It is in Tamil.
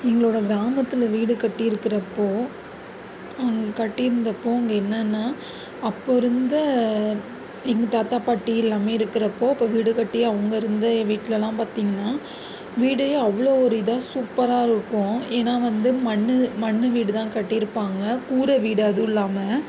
எங்களோட கிராமத்தில் வீடு கட்டிருக்கிறப்போ கட்டியிருந்தப்போ அங்கே என்னன்னா அப்போது இருந்த எங்கள் தாத்தா பாட்டி எல்லாம் இருக்கிறப்போ அப்போது வீடு கட்டி அவங்க இருந்த வீட்டிலயெல்லாம் பார்த்திங்கன்னா வீடு அவளோ ஒரு இதாக சூப்பராக இருக்கும் ஏன்னா வந்து மண் மண் வீடு தான் கட்டியிருப்பாங்க கூரை வீடு அதுவும் இல்லாமல்